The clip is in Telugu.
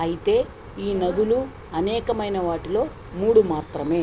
అయితే ఈ నదులు అనేకమైన వాటిలో మూడు మాత్రమే